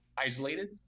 Isolated